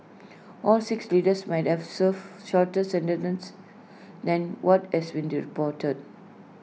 all six leaders might at serve shorter sentences than what has been do reported